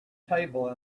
table